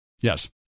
Yes